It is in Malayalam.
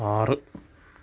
ആറ്